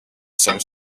some